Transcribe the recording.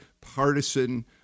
partisan